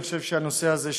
אני חושב שהנושא הזה,